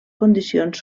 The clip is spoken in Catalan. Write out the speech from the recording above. condicions